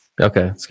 Okay